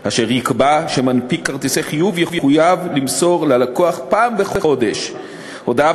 אשר יקבע שמנפיק כרטיסי חיוב יחויב למסור ללקוח פעם בחודש הודעה